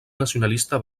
nacionalista